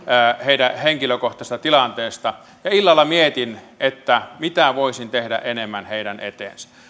heidän henkilökohtaisesta tilanteestaan ja illalla mietin mitä voisin tehdä enemmän heidän eteensä